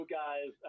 guys